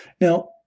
Now